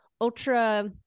ultra-